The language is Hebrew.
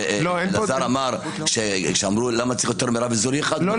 אלעזר אמר ששאלו למה צריך יותר מרב אזורי אחד.